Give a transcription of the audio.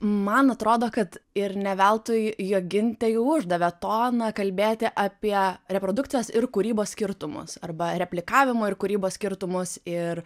man atrodo kad ir ne veltui jogintė jau uždavė toną kalbėti apie reprodukcijas ir kūrybos skirtumus arba replikavimo ir kūrybos skirtumus ir